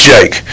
Jake